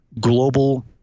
global